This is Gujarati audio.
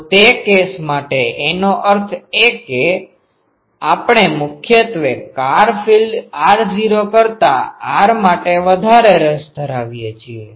તો તે કેસ માટે એનો અર્થ એ કે આપણે મુખ્યત્વે ફાર ફિલ્ડ r0 કરતા r માટે વધારે રસ ધરાવીએ છીએ